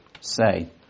say